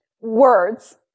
words-